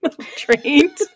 trained